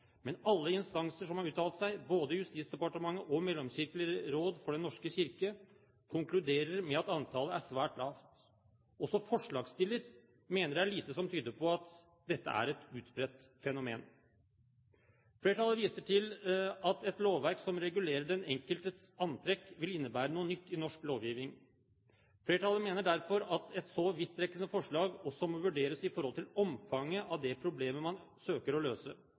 Men alle instanser som har uttalt seg, både Justisdepartementet og Mellomkirkelig råd for Den norske kirke, konkluderer med at antallet er svært lavt. Også forslagsstillerne mener at det er lite som tyder på at dette er et utbredt fenomen. Flertallet viser til at et lovverk som regulerer den enkeltes antrekk, vil innebære noe nytt i norsk lovgivning. Flertallet mener derfor at et så vidtrekkende forslag også må vurderes i forhold til omfanget av det problemet man søker å løse.